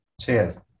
Cheers